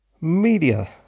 Media